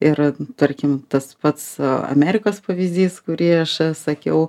ir tarkim tas pats amerikos pavyzdys kurį aš sakiau